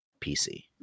PC